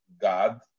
God